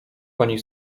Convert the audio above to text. pani